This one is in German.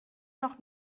noch